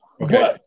Okay